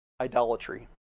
idolatry